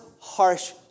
harsh